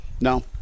No